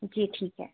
जी ठीक है